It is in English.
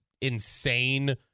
insane